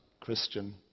Christian